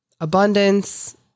abundance